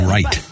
Right